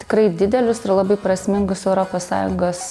tikrai didelius ir labai prasmingus europos sąjungos